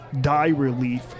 die-relief